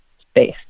space